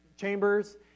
chambers